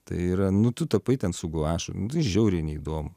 tai yra nu tu tapai ten su guašu nu tai žiauriai neįdomu